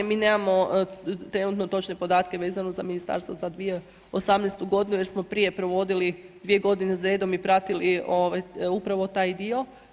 Mi nemamo trenutno točne podatke vezano za ministarstvo za 2018. g. jer smo prije provodili 2 g. za redom i pratili upravo taj dio.